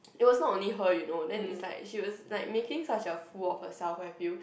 it was not only her you know then is like she was like making such a fool of herself I feel